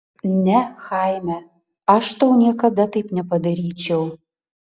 ne chaime aš tau niekada taip nepadaryčiau